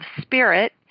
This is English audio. spirit